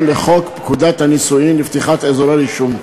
לפקודת הנישואין לפתיחת אזורי הרישום.